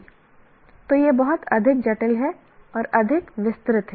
तो यह बहुत अधिक जटिल है और अधिक विस्तृत है